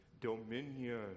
dominion